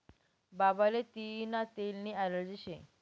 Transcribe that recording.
बाबाले तियीना तेलनी ॲलर्जी शे